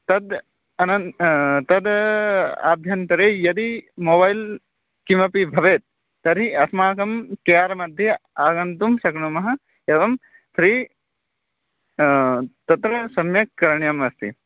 तद् अनन् तद् अभ्यन्तरे यदि मोबैल् किमपि भवेत् तर्हि अस्माकं केयार् मध्ये आगन्तुं शक्नुमः एवं फ़्रि तत्र सम्यक् करणीयमस्ति